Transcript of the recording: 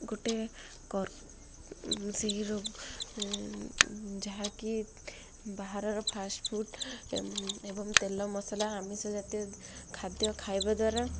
ଗୋଟେ ସେହି ରୋଗ ଯାହାକି ବାହାରର ଫାଷ୍ଟଫୁଡ଼୍ ଏବଂ ତେଲ ମସଲା ଆମିଷ ଜାତୀୟ ଖାଦ୍ୟ ଖାଇବା ଦ୍ୱାରା